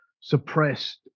suppressed